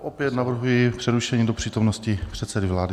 Opět navrhuji přerušení do přítomnosti předsedy vlády.